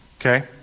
okay